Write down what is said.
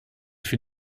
fut